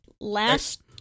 last